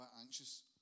anxious